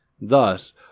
Thus